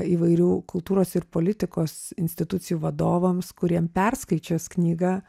įvairių kultūros ir politikos institucijų vadovams kuriem perskaičius knygą